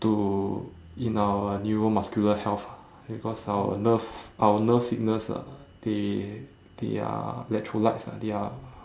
to in our neuromuscular health ah because our nerve our nerve signals are they they are electrolytes ah they are